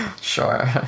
Sure